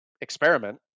experiment